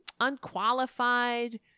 unqualified